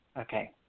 Okay